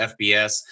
FBS